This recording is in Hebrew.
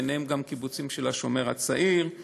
בהם גם קיבוצים של "השומר הצעיר";